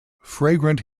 fragrant